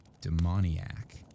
Demoniac